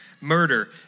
murder